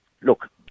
look